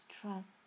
trust